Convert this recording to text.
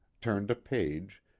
turned a page,